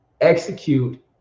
execute